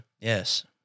Yes